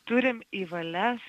turime į valias